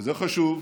וזה חשוב,